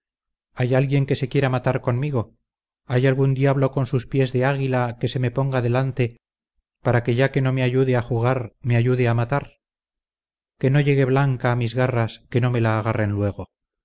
hay alguien que se quiera matar conmigo hay algún diablo con sus pies de águila que se me ponga delante para que ya que no me ayude a jugar me ayude a matar que no llegue blanca a mis garras que no me la agarren luego